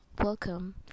welcome